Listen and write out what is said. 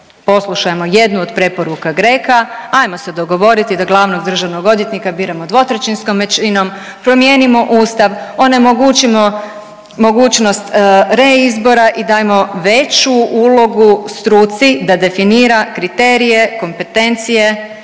Poslušajmo jednu od preporuka GRECO-a ajmo se dogovoriti da glavnog državnog odvjetnika biramo dvotrećinskom većinom, promijenimo Ustav, onemogućimo mogućnost reizbora i dajmo veću ulogu struci da definira kriterije, kompetencije